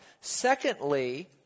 Secondly